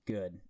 Good